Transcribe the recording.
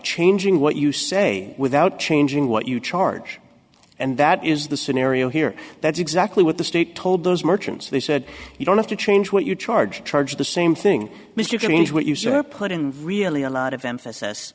changing what you say without changing what you charge and that is the scenario here that's exactly what the state told those merchants they said you don't have to change what you charge charge the same thing mr green what you sir put in really a lot of emphasis